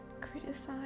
criticize